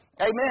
Amen